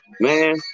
Man